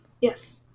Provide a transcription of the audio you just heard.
Yes